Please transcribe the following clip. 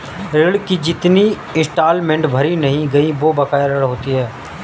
ऋण की जितनी इंस्टॉलमेंट भरी नहीं गयी वो बकाया ऋण होती है